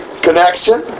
connection